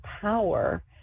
power